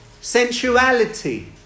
sensuality